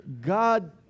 God